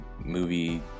movie